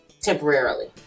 temporarily